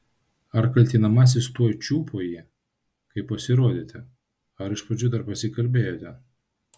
ar kaltinamasis tuoj čiupo jį kai pasirodėte ar iš pradžių dar pasikalbėjote